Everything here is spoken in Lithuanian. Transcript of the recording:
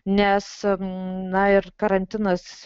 nes na ir karantinas